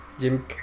Jim